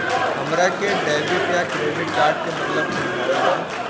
हमरा के डेबिट या क्रेडिट कार्ड के मतलब समझावल जाय?